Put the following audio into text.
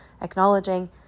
acknowledging